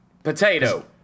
Potato